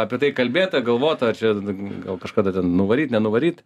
apie tai kalbėta galvota čia gal kažkada ten nuvaryt nenuvaryt